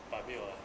but 没有 ah